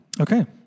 Okay